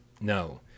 no